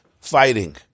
fighting